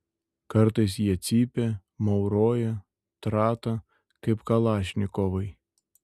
kartais jie cypia mauroja trata kaip kalašnikovai